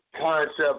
concept